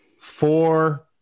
four